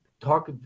talk